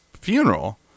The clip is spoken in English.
funeral